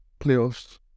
playoffs